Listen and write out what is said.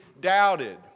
doubted